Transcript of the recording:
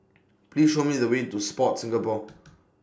Please Show Me The Way to Sport Singapore